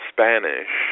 Spanish